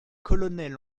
colonels